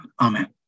Amen